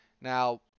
Now